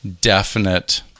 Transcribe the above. definite